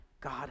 God